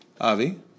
Avi